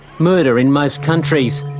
murder, in most countries,